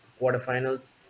quarterfinals